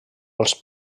als